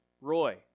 Roy